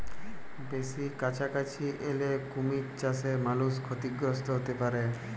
বেসি কাছাকাছি এলে কুমির চাসে মালুষ ক্ষতিগ্রস্ত হ্যতে পারে